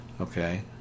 okay